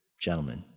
gentlemen